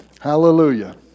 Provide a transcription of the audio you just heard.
Hallelujah